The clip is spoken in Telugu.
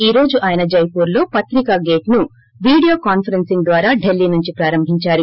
ఈ రోజు ఆయన జైపూర్లో పత్రికా గేట్ను వీడియో కాన్సరెన్సింగ్ ద్వారా డిల్లీ సుంచి ప్రారంభించారు